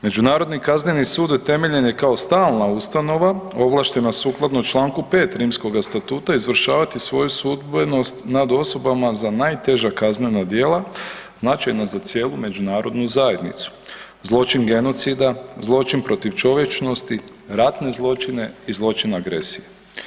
Međunarodni kazneni sud utemeljen je kao stalna ustanova ovlaštena sukladno članku 5. Rimskoga statuta izvršavati svoju sudbenost nad osobama za najteža kaznena djela značajna za cijelu međunarodnu zajednicu zločin genocida, zločin protiv čovječnosti, ratne zločine i zločin agresije.